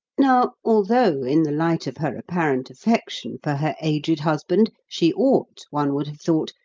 now although, in the light of her apparent affection for her aged husband, she ought, one would have thought,